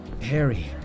Harry